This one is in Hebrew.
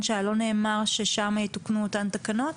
שהיה לא נאמר ששם יתוקנו אותן תקנות?